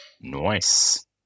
Nice